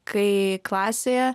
kai klasėje